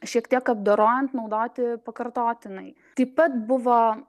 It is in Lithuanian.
šiek tiek apdorojant naudoti pakartotinai taip pat buvo